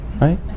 Right